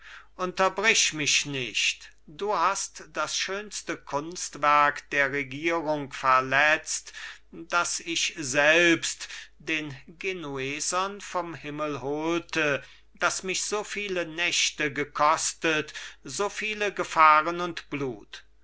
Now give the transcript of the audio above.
unterbrich mich nicht du hast das schönste kunstwerk der regierung verletzt das ich selbst den genuesern vom himmel holte das mich so viele nächte gekostet so viele gefahren und blut